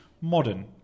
modern